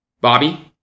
Bobby